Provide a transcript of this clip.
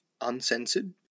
uncensored